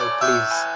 please